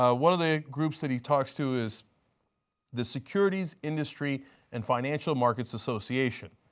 ah one of the groups and he talks to is the securities industry and financial markets association,